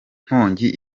nkongi